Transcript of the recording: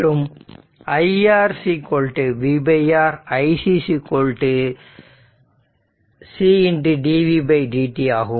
மற்றும் iR vR iC C dv dt ஆகும்